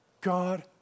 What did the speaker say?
God